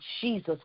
Jesus